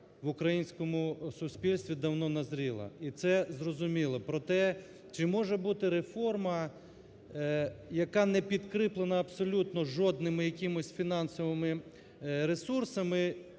в українському суспільстві давно назріла. І це зрозуміло. Проте чи може бути реформа, яка не підкріплена абсолютно жодними якимись фінансовими ресурсами